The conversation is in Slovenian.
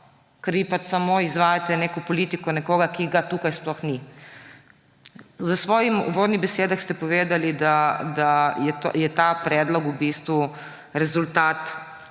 vi pač samo izvajate neko politiko nekoga, ki ga tukaj sploh ni. V svojih uvodnih besedah ste povedali, da je ta predlog v bistvu rezultat